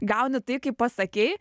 gauni tai kaip pasakei